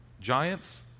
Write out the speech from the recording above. giants